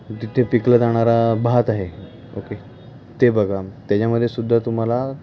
तिथे पिकलं जाणारा भात आहे ओके ते बघा त्याच्यामध्ये सुद्धा तुम्हाला